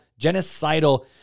genocidal